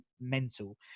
mental